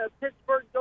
Pittsburgh